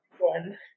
one